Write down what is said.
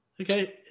Okay